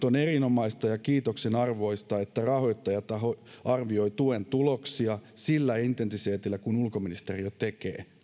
on erinomaista ja kiitoksen arvoista että rahoittajataho arvioi tuen tuloksia sillä intensiteetillä kuin ulkoministeriö tekee